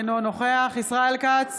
אינו נוכח ישראל כץ,